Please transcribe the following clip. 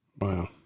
Wow